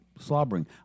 slobbering